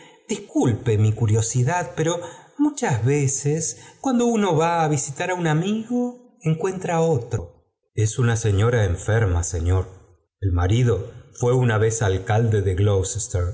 disculpe mi curiosidad pero muchas veces cuando uno va á visitar á un amigo encuentra otro es una señora enférma señor el marido fue una vez alcalde de